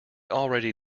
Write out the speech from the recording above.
already